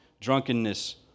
drunkenness